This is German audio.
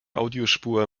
audiospur